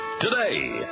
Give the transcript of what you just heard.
Today